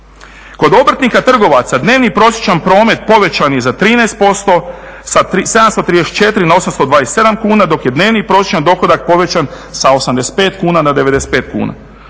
Kod obrtnika trgovaca dnevni prosječan promet povećan je za 13% sa 734 na 827 kuna dok je dnevni prosječan dohodak povećan sa 85 na 95 kuna.